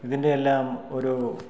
ഇതിൻ്റെ എല്ലാം ഒരൂ